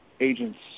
agents